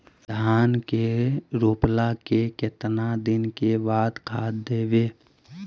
धान के रोपला के केतना दिन के बाद खाद देबै?